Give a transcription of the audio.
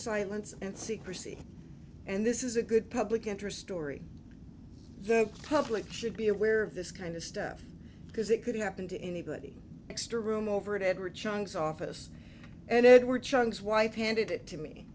silence and secrecy and this is a good public interest story the public should be aware of this kind of stuff because it could happen to anybody extra room over at edward chung's office and edward chung's wife handed it to me